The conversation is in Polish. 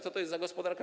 Co to jest za gospodarka?